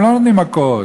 הם לא נותנים מכות.